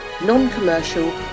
Non-Commercial